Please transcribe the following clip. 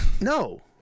No